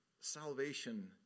salvation